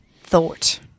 thought